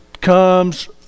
comes